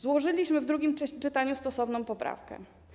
Złożyliśmy w drugim czytaniu stosowną poprawkę.